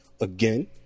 again